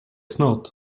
snart